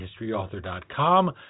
HistoryAuthor.com